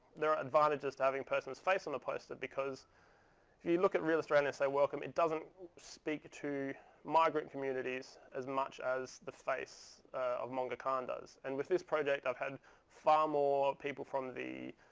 there are advantages to having a person's face on the poster, because if you look at real australians say welcome, it doesn't speak to migrant communities as much as the face of monga khan does. and with this project, i've had far more people from the,